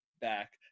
back